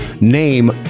name